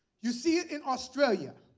you see it in australia.